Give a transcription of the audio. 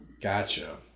gotcha